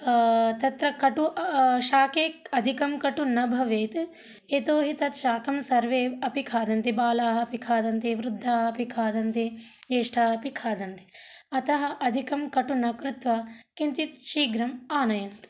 तत्र कटुः शाके अधिकं कटुः न भवेत् यतो हि तत्शाकं सर्वे अपि खादन्ति बालाः अपि खादन्ति वृद्धाः अपि खादन्ति ज्येष्ठाः अपि खादन्ति अतः अधिकं कटुः न कृत्वा किञ्चित् शीघ्रं आनयन्तु